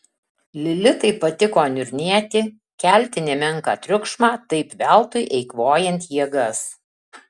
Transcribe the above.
lilitai patiko niurnėti kelti nemenką triukšmą taip veltui eikvojant jėgas